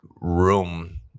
room